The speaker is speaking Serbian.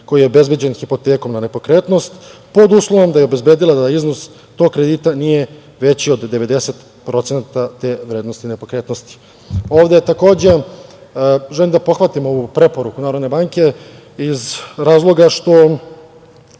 koji je obezbeđen hipotekom na nepokretnost pod uslovom da je obezbedila da iznos tog kredita nije veći od 90% te vrednosti nepokretnosti. Želim da pohvalim ovu preporuku Narodne banke iz razloga što